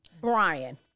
Brian